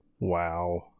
Wow